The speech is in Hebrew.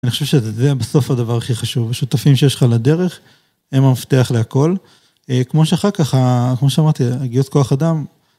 אני חושב שזה בסוף הדבר הכי חשוב, השותפים שיש לך לדרך, הם המפתח להכל. כמו שאמרתי, הגיוס כוח אדם,